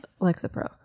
Lexapro